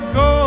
go